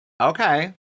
Okay